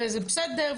וזה בסדר,